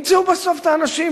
ימצאו בסוף את האנשים,